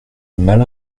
mal